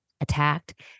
attacked